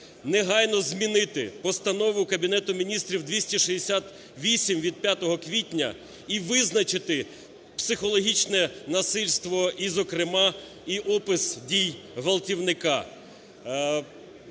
негайно змінити Постанову Кабінету Міністрів 268 від 5 квітня і визначити психологічне насильство, і зокрема і опис дій ґвалтівника.